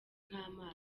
nk’amazi